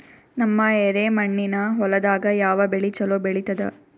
ನಮ್ಮ ಎರೆಮಣ್ಣಿನ ಹೊಲದಾಗ ಯಾವ ಬೆಳಿ ಚಲೋ ಬೆಳಿತದ?